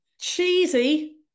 cheesy